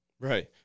Right